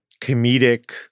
comedic